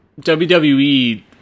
wwe